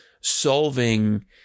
solving